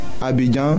Abidjan